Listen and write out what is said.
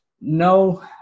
no